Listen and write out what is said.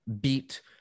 beat